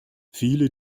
viele